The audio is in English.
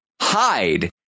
hide